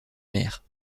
mère